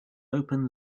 open